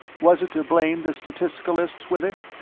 was it to blame the statisticalists with it?